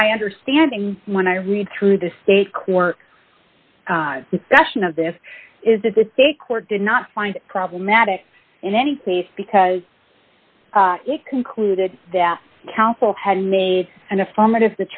my understanding when i read through the state court discussion of this is that the decor did not find problematic in any case because it concluded that counsel had made an affirmative